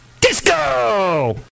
Disco